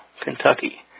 Kentucky